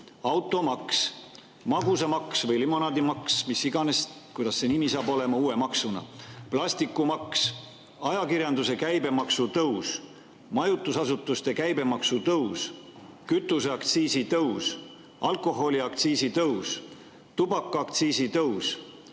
automaks, magusamaks või limonaadimaks, mis iganes see nimi saab olema, uue maksuna, plastimaks, ajakirjanduse käibemaksu tõus, majutusasutuste käibemaksu tõus, kütuseaktsiisi tõus, alkoholiaktsiisi tõus, tubakaaktsiisi tõus,